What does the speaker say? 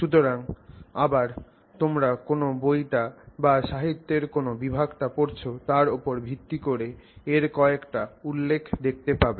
সুতরাং আবার তোমরা কোন বইটা বা সাহিত্যের কোন বিভাগটা পড়ছো তার উপর ভিত্তি করে এর কয়েকটি উল্লেখ দেখতে পাবে